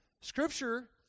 Scripture